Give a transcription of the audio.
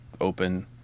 open